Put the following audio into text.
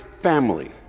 family